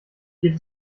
geht